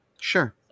Sure